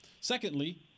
Secondly